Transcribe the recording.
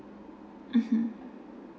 mmhmm